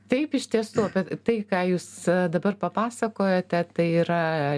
taip iš tiesų apie tai ką jūs dabar papasakojote tai yra